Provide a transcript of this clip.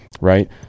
right